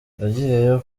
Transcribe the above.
yagiyeyo